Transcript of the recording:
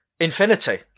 Infinity